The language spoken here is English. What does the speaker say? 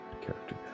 character